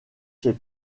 ses